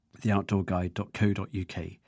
theoutdoorguide.co.uk